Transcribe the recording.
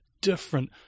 different